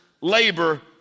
Labor